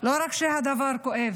לא רק שהדבר כואב,